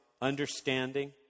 understanding